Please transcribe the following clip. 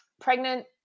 pregnant